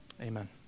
Amen